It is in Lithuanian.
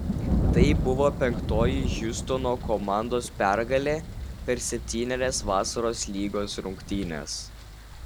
tai buvo penktoji hjustono komandos pergalė per septynerias vasaros lygos rungtynes